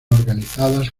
organizadas